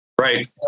Right